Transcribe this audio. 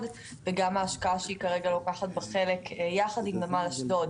וגם ההשקעה שהיא לוקחת כרגע בה חלק יחד עם נמל אשדוד